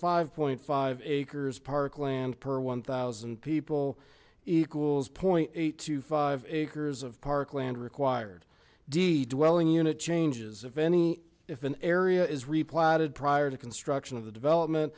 five point five acres parkland per one thousand people equals point eight to five acres of parkland required d dwelling unit changes if any if an area is replanted prior to construction of the development